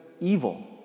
evil